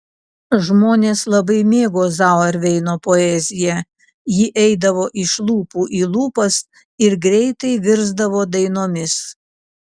žmonės labai mėgo zauerveino poeziją ji eidavo iš lūpų į lūpas ir greitai virsdavo dainomis